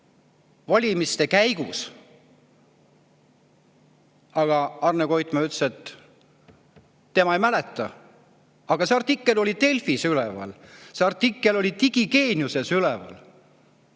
valimiste käigus?" Aga Arne Koitmäe ütles, et tema ei mäleta. See artikkel oli Delfis üleval, see artikkel oli Digigeeniuses üleval.